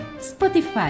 Spotify